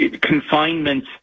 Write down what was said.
confinement